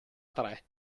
tre